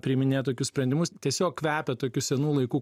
priiminėt tokius sprendimus tiesiog kvepia tokiu senų laikų